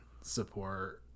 support